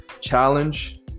challenge